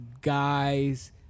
Guy's